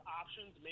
options